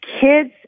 kids